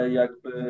jakby